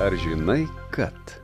ar žinai kad